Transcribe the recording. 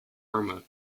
irma